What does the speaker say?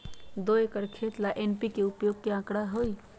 दो एकर खेत ला एन.पी.के उपयोग के का आंकड़ा होई?